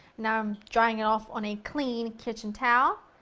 now i'm drying it off on a clean kitchen towel.